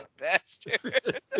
bastard